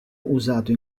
usato